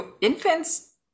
Infants